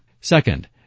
Second